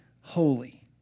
holy